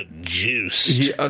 juiced